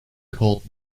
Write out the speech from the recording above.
cold